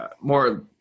more